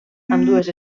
ambdues